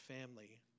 family